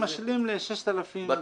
הנכים משלים ל-6,000 ו-.